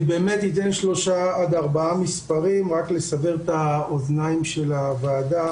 אני באמת אתן שלושה עד ארבעה מספרים רק לסבר את האוזניים של הוועדה: